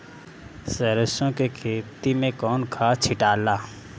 सरसो के खेती मे कौन खाद छिटाला?